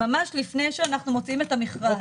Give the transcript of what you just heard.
ממש לפני שאנחנו מוציאים את המכרז.